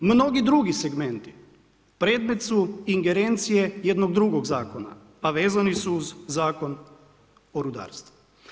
Mnogi drugi segmenti predmet su ingerencije jednog drugog zakona, a vezani su uz Zakon o rudarstvu.